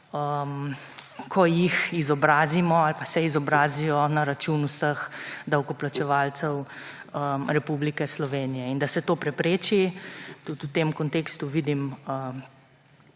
ko jih izobrazimo ali se izobrazijo na račun vseh davkoplačevalcev Republike Slovenije. In da se to prepreči, tudi v tem kontekstu vidim